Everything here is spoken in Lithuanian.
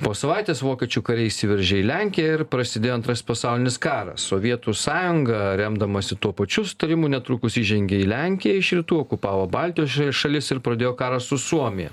po savaitės vokiečių kariai įsiveržė į lenkiją ir prasidėjo antrasis pasaulinis karas sovietų sąjunga remdamasi tuo pačiu susitarimu netrukus įžengė į lenkiją iš rytų okupavo baltijos šalis ir pradėjo karą su suomija